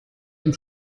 dem